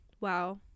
wow